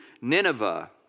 Nineveh